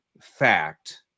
fact